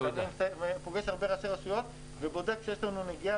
אני פוגש הרבה ראשי רשויות ובודק שיש לנו נגיעה